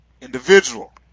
individual